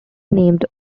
named